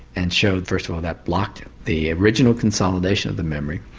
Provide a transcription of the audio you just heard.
and showed first of all that blocked the original consolidation of the memory.